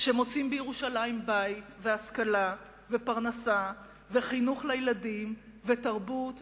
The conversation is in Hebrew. שמוצאים בירושלים בית והשכלה ופרנסה וחינוך לילדים ותרבות ובילוי,